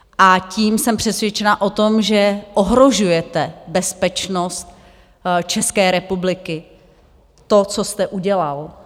A tím jsem přesvědčena o tom, že ohrožujete bezpečnost České republiky tím, co jste udělal.